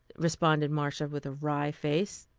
responded marcia with a wry face.